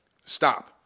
stop